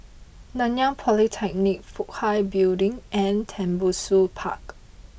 Nanyang Polytechnic Fook Hai Building and Tembusu Park